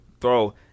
throw